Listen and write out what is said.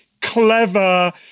clever